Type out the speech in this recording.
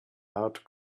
out